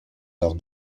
leur